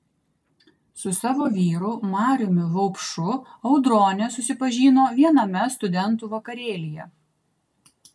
su savo vyru mariumi vaupšu audronė susipažino viename studentų vakarėlyje